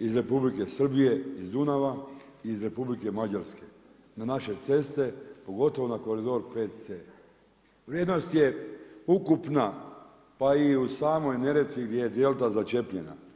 iz Republike Srbije iz Dunava, iz Republike Mađarske na naše ceste pogotovo na Korido 5C. Vrijednost je ukupna pa i samoj Neretvi gdje je delta začepljena.